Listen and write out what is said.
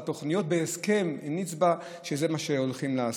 תוכניות בהסכם עם נצב"א שזה מה שהולכים לעשות.